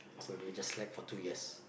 so they just slack for two years